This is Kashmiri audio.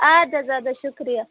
اَدٕ حظ ادٕ حظ شُکریہ